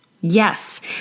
Yes